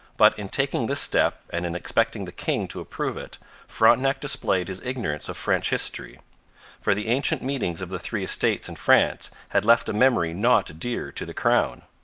but in taking this step and in expecting the king to approve it frontenac displayed his ignorance of french history for the ancient meetings of the three estates in france had left a memory not dear to the crown.